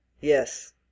Yes